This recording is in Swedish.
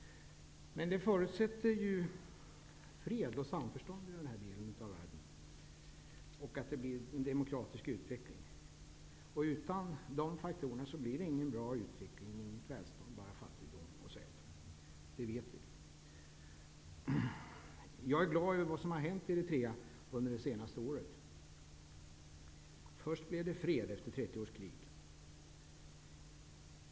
Men en förutsättning är då att det råder fred och samförstånd i den här delen av världen och att det blir en demokratisk utveckling. Utan dessa faktorer blir det ingen bra utveckling och inget välstånd. I stället blir det bara fattigdom och svält. Det vet vi. Jag är glad över det som har hänt i Eritrea under det senaste året. Först blev det fred efter 30 års krig.